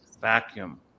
vacuum